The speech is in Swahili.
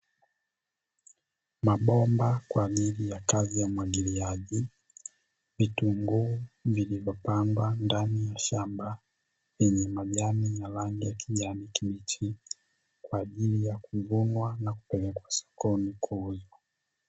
Mabomba kwa ajili ya kazi ya umwagiliaji, vitunguu vilivyopandwa ndani ya shamba vyenye majani ya rangi ya kijani kibichi, kwa ajili ya kuvunwa na kupelekwa sokoni kuuzwa.